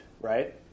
right